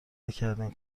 نکردین